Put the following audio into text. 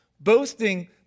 Boasting